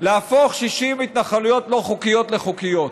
להפוך 60 התנחלויות לא חוקיות לחוקיות.